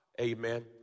amen